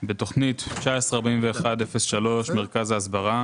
בתוכנית 19-41-03, מרכז ההסברה